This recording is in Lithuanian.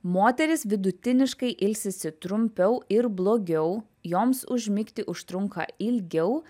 moterys vidutiniškai ilsisi trumpiau ir blogiau joms užmigti užtrunka ilgiau